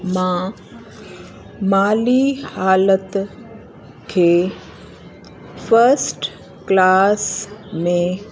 मां माली हालति खे फस्ट क्लास में